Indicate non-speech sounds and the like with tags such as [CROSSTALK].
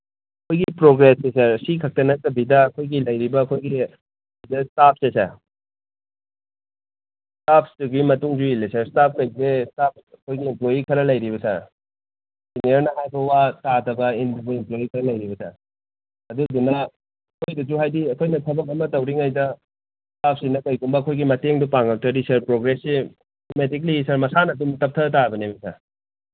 ꯑꯩꯈꯣꯏꯒꯤ ꯄ꯭ꯔꯣꯒ꯭ꯔꯦꯁꯁꯤ ꯁꯥꯔ ꯁꯤꯈꯛꯇ ꯅꯠꯇꯕꯤꯗ ꯑꯩꯈꯣꯏꯒꯤ ꯂꯩꯔꯤꯕ ꯑꯩꯈꯣꯏꯒꯤ [UNINTELLIGIBLE] ꯏꯁꯇꯥꯐꯁꯦ ꯁꯥꯔ ꯏꯁꯇꯥꯞꯁꯤꯗꯒꯤ ꯃꯇꯨꯡꯁꯨ ꯏꯜꯂꯦ ꯁꯥꯔ ꯏꯁꯇꯥꯞꯈꯩꯁꯦ ꯏꯁꯇꯥꯞ ꯑꯩꯈꯣꯏꯒꯤ ꯏꯝꯄ꯭ꯂꯣꯏꯌꯤ ꯈꯔ ꯂꯩꯔꯤꯑꯕ ꯁꯥꯔ ꯁꯦꯅꯤꯌꯔꯅ ꯍꯥꯏꯕ ꯋꯥ ꯇꯥꯗꯕ ꯏꯟꯗꯕ ꯏꯝꯄ꯭ꯂꯣꯏꯌꯤ ꯈꯔ ꯂꯩꯔꯤꯕ ꯁꯥꯔ ꯑꯗꯨꯗꯨꯅ ꯃꯣꯏꯅꯁꯨ ꯍꯥꯏꯗꯤ ꯑꯩꯈꯣꯏꯅ ꯊꯕꯛ ꯑꯃ ꯇꯧꯔꯤꯉꯩꯗ ꯏꯁꯇꯥꯞꯁꯤꯅ ꯀꯩꯒꯨꯝꯕ ꯑꯩꯈꯣꯏꯒꯤ ꯃꯇꯦꯡꯗꯣ ꯄꯥꯡꯉꯛꯇ꯭ꯔꯗꯤ ꯁꯥꯔ ꯄ꯭ꯔꯣꯒ꯭ꯔꯦꯁꯁꯤ ꯑꯣꯇꯣꯃꯦꯇꯤꯀꯦꯜꯂꯤ ꯁꯥꯔ ꯃꯁꯥꯅ ꯑꯗꯨꯝ ꯇꯞꯊꯕ ꯇꯥꯕꯅꯦꯕ ꯁꯥꯔ